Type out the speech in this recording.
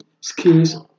skills